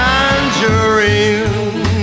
Tangerine